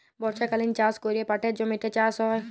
বর্ষকালীল চাষ ক্যরে পাটের জমিতে চাষ হ্যয়